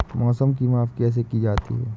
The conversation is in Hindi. मौसम की माप कैसे की जाती है?